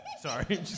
Sorry